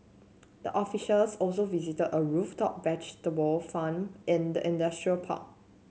the officials also visited a rooftop vegetable farm in the industrial park